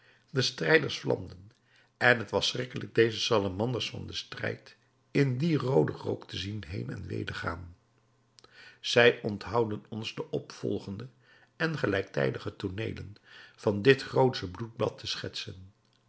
de strijders vlamden en t was schrikkelijk deze salamanders van den strijd in dien rooden rook te zien heen en weder gaan wij onthouden ons de opvolgende en gelijktijdige tooneelen van dit grootsche bloedbad te schetsen